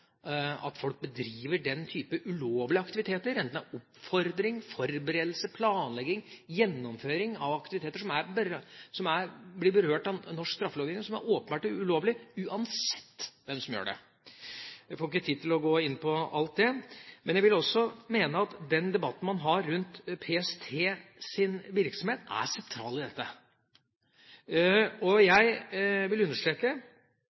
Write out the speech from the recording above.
at folk bedriver den type ulovlige aktiviteter, enten det er oppfordring og forberedelse til, planlegging eller gjennomføring av aktiviteter som blir berørt av norsk straffelovgivning og som åpenbart er ulovlig, uansett hvem som gjør det. Jeg får ikke tid til å gå inn på alt dette. Men jeg vil mene at den debatten man har rundt PSTs virksomhet, er sentral i dette. Jeg vil understreke